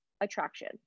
attraction